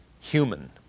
human